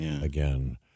again